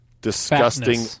disgusting